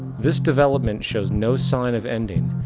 this development shows no sign of ending,